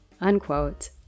Unquote